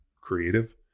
creative